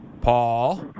Paul